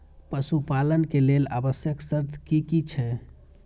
पशु पालन के लेल आवश्यक शर्त की की छै?